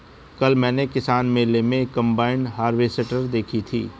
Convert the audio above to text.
कल मैंने किसान मेले में कम्बाइन हार्वेसटर देखी थी